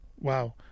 Wow